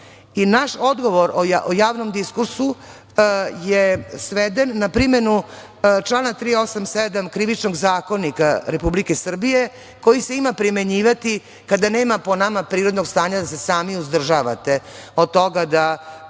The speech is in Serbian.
odgovor o javnom diskursu je sveden na primenu člana 387. Krivičnog zakona Republike Srbije, koji se ima primenjivati kada nema po nama prirodnog stanja da se sami uzdržavate od toga da